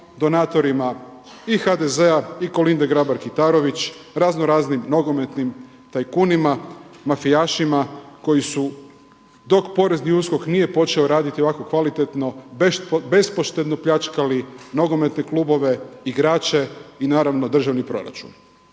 donatorima i HDZ-a i Kolinde Grabar-Kitarović, raznoraznim nogometnim tajkunima, mafijašima koji su, dok porezni USKOK nije počeo raditi ovako kvalitetno, bespoštedno pljačkali nogometne klubove, igrače i naravno državni proračun.